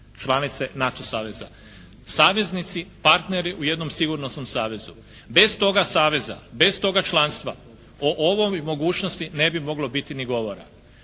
članice NATO saveza. Saveznici, partneri u jednom sigurnosnom savezu. Bez toga saveza, bez toga članstva o ovom i mogućnosti ne bi moglo biti ni govora.